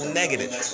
negative